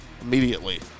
immediately